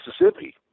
Mississippi